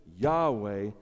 Yahweh